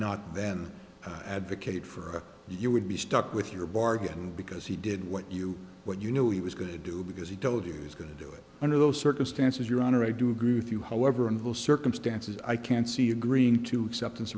not then advocate for you would be stuck with your bargain because he did what you but you know he was going to do because he told you he's going to do it under those circumstances your honor i do agree with you however in those circumstances i can't see agreeing to accept